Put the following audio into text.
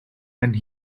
and